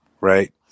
right